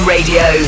Radio